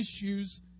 issues